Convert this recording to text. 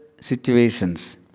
situations